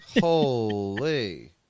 holy